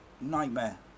Nightmare